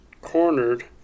cornered